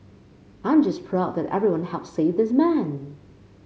I'm just proud that everyone helped save this man